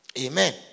Amen